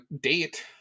date